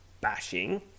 bashing